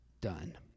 done